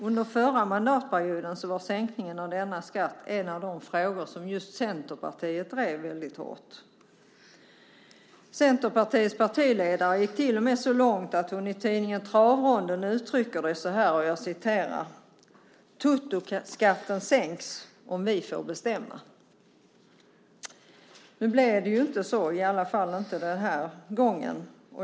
Under förra mandatperioden var sänkningen av denna skatt en av de frågor som just Centerpartiet drev väldigt hårt. Centerpartiets partiledare gick till och med så långt att hon i tidningen Travronden uttryckte sig så här: Totoskatten sänks om vi får bestämma. Nu blev det inte så, i alla fall inte den här gången.